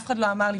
אף אחד לא אמר לי,